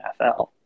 NFL